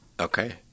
Okay